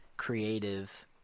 Creative